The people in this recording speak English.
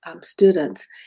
students